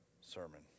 sermon